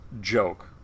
joke